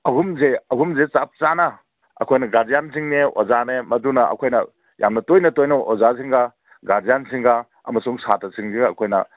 ꯑꯍꯨꯝꯁꯦ ꯑꯍꯨꯝꯁꯦ ꯆꯞ ꯆꯥꯅ ꯑꯩꯈꯣꯏꯅ ꯒꯥꯔꯖꯤꯌꯥꯟꯖꯤꯡꯅꯦ ꯑꯣꯖꯥꯅꯦ ꯃꯗꯨꯅ ꯑꯩꯈꯣꯏꯅ ꯌꯥꯝꯅ ꯇꯣꯏꯅ ꯇꯣꯏꯅ ꯑꯣꯖꯥꯖꯤꯡꯒ ꯒꯥꯔꯖꯤꯌꯥꯟꯁꯤꯡꯒ ꯑꯃꯁꯨꯡ ꯁꯥꯠꯇ꯭ꯔꯁꯤꯡꯁꯤꯒ ꯑꯩꯈꯣꯏꯅ